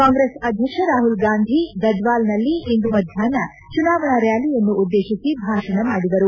ಕಾಂಗ್ರೆಸ್ ಅಧ್ಯಕ್ಷ ರಾಹುಲ್ ಗಾಂಧಿ ಗಡವಾಲ್ನಲ್ಲಿಂದು ಮಧ್ಯಾಷ್ನ ಚುನಾವಣಾ ರ್ವಾಲಿಯನ್ನುದ್ದೇಶಿಸಿ ಭಾಷಣ ಮಾಡಿದರು